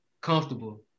comfortable